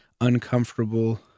uncomfortable